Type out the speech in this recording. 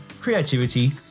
creativity